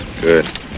Good